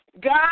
God